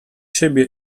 siebie